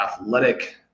athletic